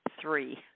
Three